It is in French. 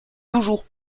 toujours